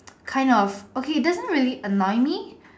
kind of okay doesn't really annoy me